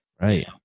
Right